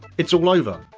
it's all over.